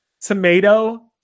tomato